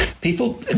people